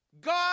God